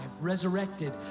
resurrected